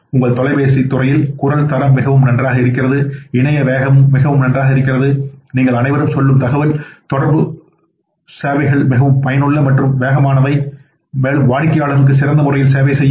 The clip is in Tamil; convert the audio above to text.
உங்கள் தொலைபேசி துறையில் குரல் தரம் மிகவும் நன்றாக இருக்கிறது இணைய வேகம் மிகவும் நன்றாக இருக்கிறது நீங்கள் அனைவரும் சொல்லும் தகவல் தொடர்பு சேவைகள் மிகவும் பயனுள்ள மற்றும் வேகமானவை மேலும் வாடிக்கையாளருக்கு சிறந்த முறையில் சேவை செய்யுங்கள்